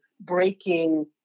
breaking